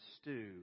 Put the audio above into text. stew